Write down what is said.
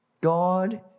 God